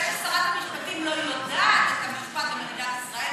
זה ששרת המשפטים לא יודעת את המשפט במדינת ישראל,